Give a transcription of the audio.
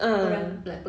ah